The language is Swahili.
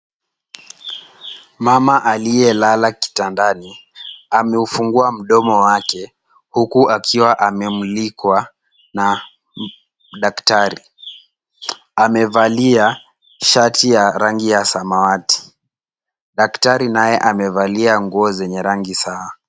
Mama aliyelala kitandani ameufungua mdomo wake huku akiwa amemulikwa na daktari. Amevalia shati ya rangi ya samawati. Daktari naye amevalia nguo zenye rangi sawa.